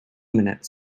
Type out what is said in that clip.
minutes